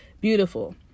Beautiful